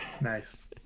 nice